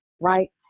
right